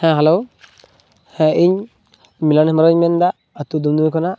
ᱦᱮᱸ ᱦᱮᱞᱳ ᱦᱮᱸ ᱤᱧ ᱢᱤᱞᱚᱱ ᱦᱮᱢᱵᱨᱚᱢᱤᱧ ᱢᱮᱱᱮᱫᱟ ᱟᱛᱳ ᱫᱩᱢᱫᱩᱢᱤ ᱠᱷᱚᱱᱟᱜ